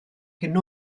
hyn